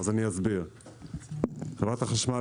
חברת החשמל,